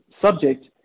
subject